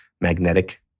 magnetic